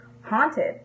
haunted